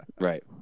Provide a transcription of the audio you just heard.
Right